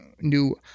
new